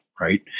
Right